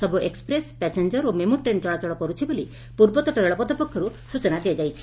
ସବୁ express passenger ଓ MEMU train ଚଳାଚଳ କରୁଛି ବୋଲି ପୂର୍ବତଟ ରେଳପଥ ପକ୍ଷରୁ ସ୍ଚନା ଦିଆଯାଇଛି